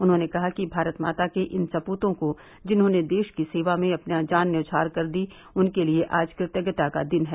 उन्होंने कहा कि भारत माता के इन सपूतों को जिन्होंने देश की सेवा में अपनी जान न्यौछावर कर दी उनके लिये आज कृतज्ञता का दिन है